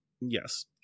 Yes